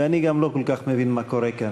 ואני גם לא כל כך מבין מה קורה כאן.